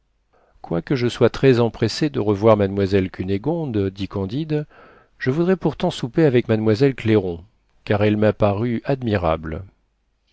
quoique je sois très empressé de revoir mademoiselle cunégonde dit candide je voudrais pourtant souper avec mademoiselle clairon car elle m'a paru admirable